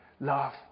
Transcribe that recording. love